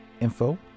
info